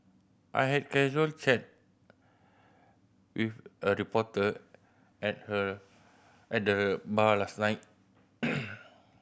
I had a casual chat with a reporter at her at the bar last night